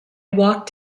walked